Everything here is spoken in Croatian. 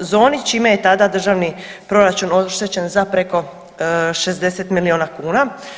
zoni čime je tada državni proračun oštećen za preko 60 milijuna kuna.